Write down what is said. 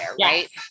right